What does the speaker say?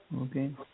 Okay